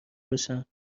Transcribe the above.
بشن